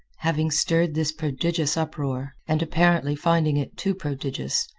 having stirred this prodigious uproar, and, apparently, finding it too prodigious,